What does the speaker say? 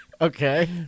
Okay